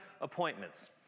appointments